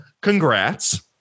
congrats